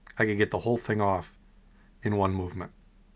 i can get the whole thing off in one movement.